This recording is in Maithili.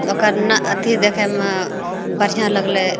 ओकर ने अथी देखैमे बढ़िआँ लगलै